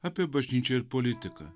apie bažnyčią ir politiką